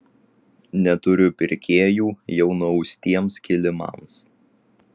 neturiu pirkėjų jau nuaustiems kilimams